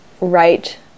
right